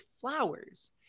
flowers